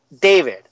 David